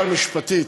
משפטית,